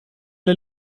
der